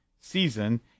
season